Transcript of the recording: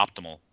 optimal